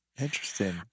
Interesting